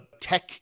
tech